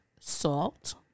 salt